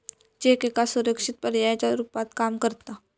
check एका सुरक्षित पर्यायाच्या रुपात काम करता